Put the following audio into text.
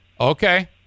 Okay